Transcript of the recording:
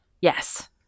Yes